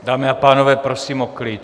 Dámy a pánové, prosím o klid.